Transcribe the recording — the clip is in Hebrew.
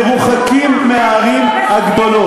אולי, באזורים כפריים, מרוחקים מהערים הגדולות.